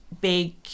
big